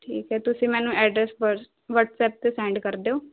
ਠੀਕ ਹੈ ਤੁਸੀਂ ਮੈਨੂੰ ਐਡਰੈਸ ਵੱਟਸ ਵੱਟਸਅੱਪ 'ਤੇ ਸੈਂਡ ਕਰ ਦਿਓ